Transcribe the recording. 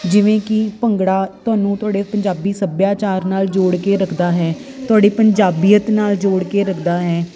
ਜਿਵੇਂ ਕਿ ਭੰਗੜਾ ਤੁਹਾਨੂੰ ਤੁਹਾਡੇ ਪੰਜਾਬੀ ਸੱਭਿਆਚਾਰ ਨਾਲ ਜੋੜ ਕੇ ਰੱਖਦਾ ਹੈ ਤੁਹਾਡੀ ਪੰਜਾਬੀਅਤ ਨਾਲ ਜੋੜ ਕੇ ਰੱਖਦਾ ਹੈ